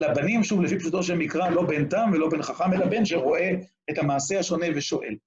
לבנים, שוב, לפי פשוטו של מקרא, לא בן תם ולא בן חכם, אלא בן שרואה את המעשה השונה ושואל.